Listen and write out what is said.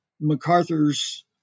MacArthur's